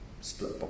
split